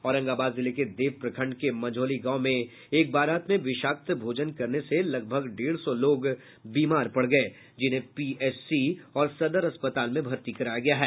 औरंगाबाद जिले के देव प्रखंड के मझोली गांव में एक बारात में विषाक्त भोजन करने से लगभग डेढ़ सौ लोग बीमार पड़ गये जिन्हें पीएचसी और सदर अस्पताल में भर्ती कराया गया है